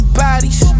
bodies